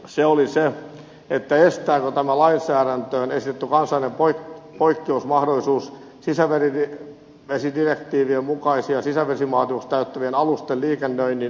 se oli se ettei saanut omanlaisiaan tönäisi tupasaari estääkö tämä lainsäädäntöön esitetty kansallinen poikkeusmahdollisuus sisävesidirektiivien mukaisten sisävesivaatimukset täyttävien alusten liikennöinnin suomessa